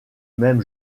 même